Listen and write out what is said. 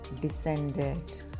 descended